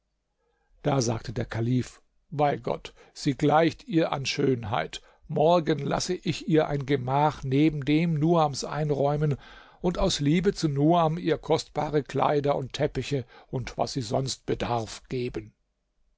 da sagte der kalif bei gott sie gleicht ihr an schönheit morgen lasse ich ihr ein gemach neben dem nuams einräumen und aus liebe zu nuam ihr kostbare kleider und teppiche und was sie sonst bedarf gehen